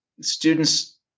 Students